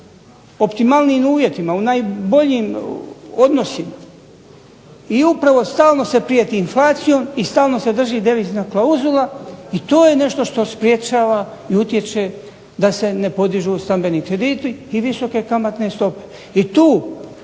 uvjetima, u najboljim odnosima, i upravo stalno se prijeti inflacijom i stalno se drži devizna klauzula. I to je nešto što sprečava i utječe da se ne podižu stambeni krediti i visoke kamatne stope.